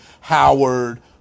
Howard